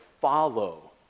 follow